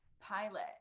pilot